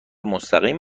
مستقیم